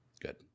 Good